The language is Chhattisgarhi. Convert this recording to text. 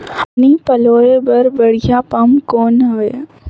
पानी पलोय बर बढ़िया पम्प कौन हवय?